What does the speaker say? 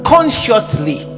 Consciously